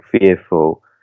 fearful